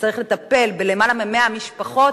שצריך לטפל בלמעלה מ-100 משפחות,